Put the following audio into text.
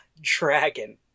dragon